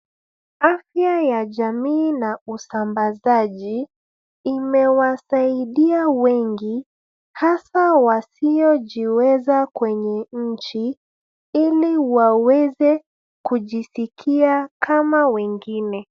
Afya ya jamii na usambazaji imewasaidia wengi hasa wasiojiweza kwenye nchi ili waweze kujisikia kama wengine